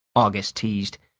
august teased.